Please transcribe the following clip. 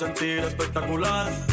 Espectacular